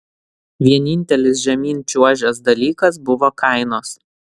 vienintelis žemyn čiuožęs dalykas buvo kainos